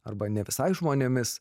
arba ne visai žmonėmis